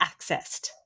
accessed